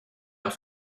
off